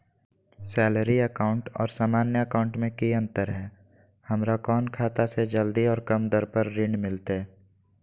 Salary account और सामान्य account मे की अंतर है हमरा कौन खाता से जल्दी और कम दर पर ऋण मिलतय?